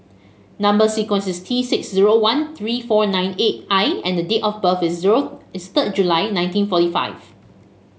number sequence is T six zero one three four nine eight I and date of birth is zero is third July nineteen forty five